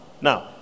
now